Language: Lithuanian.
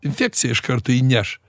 infekciją iš karto įneš